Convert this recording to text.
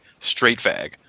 straight-fag